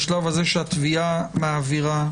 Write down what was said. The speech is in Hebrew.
הזה, כשהתביעה מעבירה